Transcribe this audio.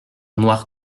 noire